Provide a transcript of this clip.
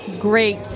Great